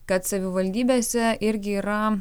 kad savivaldybėse irgi yra